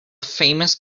famous